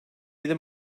yedi